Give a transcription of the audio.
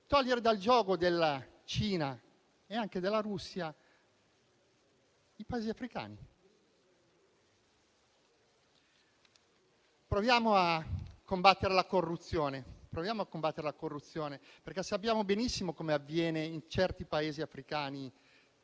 togliere dal giogo della Cina e anche della Russia i Paesi africani. Proviamo a combattere la corruzione, perché sappiamo benissimo cosa avviene, in certi Paesi africani,